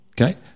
Okay